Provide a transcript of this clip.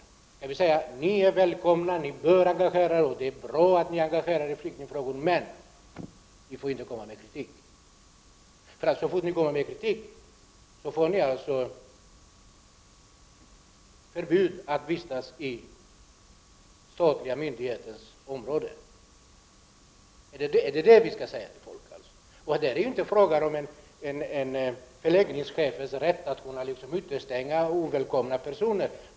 Skall vi säga: Ni är välkomna, och det är bra att ni engagerar er, men ni får inte komma med kritik! För så fort ni kommer med kritik, förbjuder vi er att vistas inom den statliga myndighetens område. Är det detta vi skall säga till folk? Här är det inte fråga om förläggningschefens rätt att utestänga ovälkomna personer.